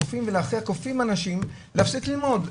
כופים על אנשים להפסיק ללמוד.